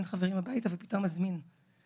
חברים הביתה ופתאום אחרי השינוי הוא מזמין